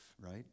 right